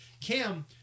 Cam